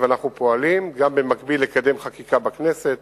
ואנחנו גם פועלים במקביל לקדם חקיקה בכנסת,